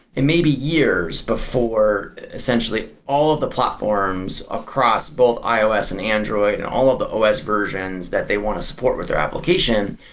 it may be years before essentially all of the platforms across both ios and android and all of the os versions that they want to support with their application,